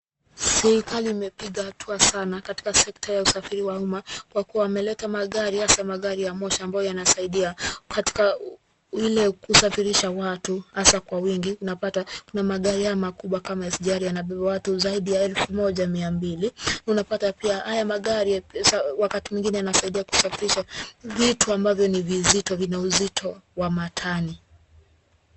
Serikali imepiga hatua sana katika sekta ya usafiri wa umma, kwa kuwa wameleta magari, hasa magari ya moshi, ambayo yanasaidia katika ile kusafirisha watu hasa kwa wingi. Unapata kuna magari haya makubwa kama SGR yanabeba watu zaidi ya elfu moja mia mbili. Unapata pia haya magari, wakati mwingine yanasaidia kusafirisha vitu ambavyo ni vizito, vina uzito wa matani.